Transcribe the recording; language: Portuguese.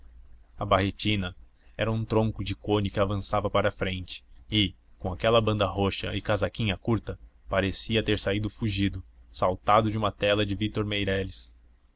a barretina era um tronco de cone que avançava para a frente e com aquela banda roxa e casaquinha curta parecia ter saído fugido saltado de uma tela de vítor meireles